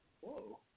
Whoa